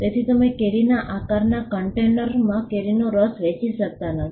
તેથી તમે કેરીના આકારના કન્ટેનરમાં કેરીનો રસ વેચી શકતા નથી